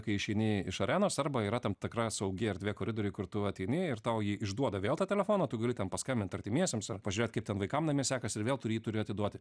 kai išeini iš arenos arba yra tam tikra saugi erdvė koridoriuj kur tu ateini ir tau jį išduoda vėl tą telefoną tu gali ten paskambint artimiesiems ar pažiūrėt kaip ten vaikam namie sekasi ir vėl turi jį turi atiduoti